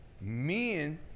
Men